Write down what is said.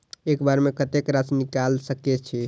एक बार में कतेक राशि निकाल सकेछी?